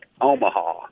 Omaha